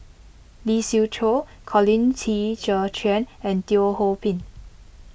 Lee Siew Choh Colin Qi Zhe Quan and Teo Ho Pin